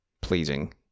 pleasing